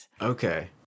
Okay